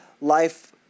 life